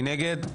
מי נגד?